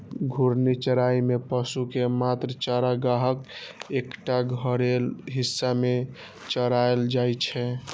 घूर्णी चराइ मे पशु कें मात्र चारागाहक एकटा घेरल हिस्सा मे चराएल जाइ छै